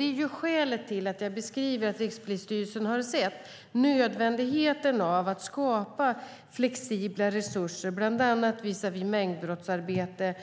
Det är skälet till att jag beskriver att Rikspolisstyrelsen har sett nödvändigheten av att skapa flexibla resurser, bland annat visavi mängdbrottsarbete,